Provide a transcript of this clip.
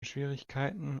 schwierigkeiten